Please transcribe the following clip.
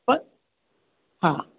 पर हा